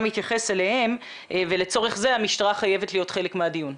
מתייחס אליהם ולצרוך זה המשטרה חייבת להיות חלק מהדיון.